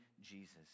Jesus